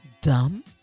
dumb